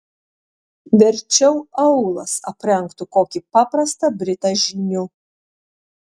verčiau aulas aprengtų kokį paprastą britą žyniu